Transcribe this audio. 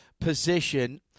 position